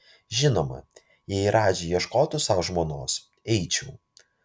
žinoma jei radži ieškotų sau žmonos eičiau